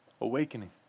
Awakening